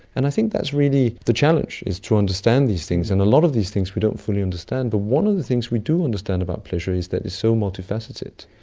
and i think that's really the challenge, is to understand these things. and a lot of these things we don't fully understand. but one of the things we do understand about pleasure is that it's so multifaceted.